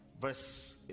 verse